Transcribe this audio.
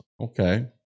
Okay